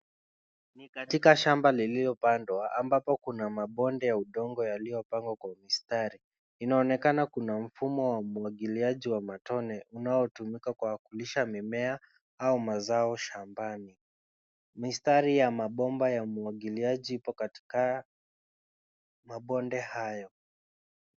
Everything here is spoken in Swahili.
Ni katika shamba lililopandwa, ambapo kuna mabonde ya udongo yaliyopangwa kwa mistari. Inaonekana kuna mfumo wa umwagiliaji wa matone unaotumika kwa kulisha mimea au mazao shambani. Mistari ya mabomba ya umwagiliaji ipo katika mabonde hayo.